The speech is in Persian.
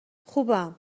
خوبم